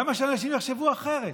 למה שאנשים יחשבו אחרת?